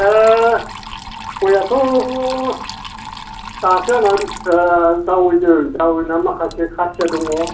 गयाथ' दासो आंना जावायदों जावायनानै माखासे खासिया दङ